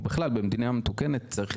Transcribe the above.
או בכלל במדינה מתוקנת צריך